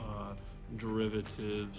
e derivative